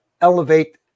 elevate